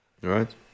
Right